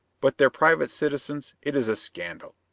but their private citizens it is a scandal!